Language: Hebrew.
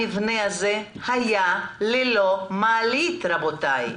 המבנה הזה היה ללא מעלית, רבותי.